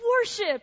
Worship